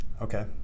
Okay